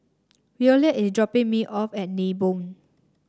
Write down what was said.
Williard is dropping me off at Nibong